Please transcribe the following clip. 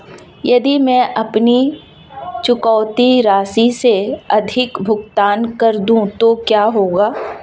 यदि मैं अपनी चुकौती राशि से अधिक भुगतान कर दूं तो क्या होगा?